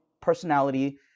personality